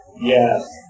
Yes